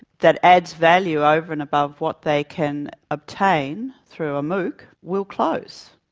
that adds value over and above what they can obtain through a mooc, we'll close.